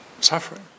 suffering